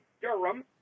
Durham